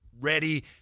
ready